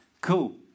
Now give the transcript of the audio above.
cool